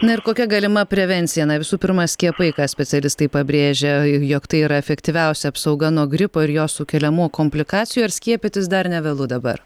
na ir kokia galima prevencija na visų pirma skiepai ką specialistai pabrėžia jog tai yra efektyviausia apsauga nuo gripo ir jo sukeliamų komplikacijų ar skiepytis dar nevėlu dabar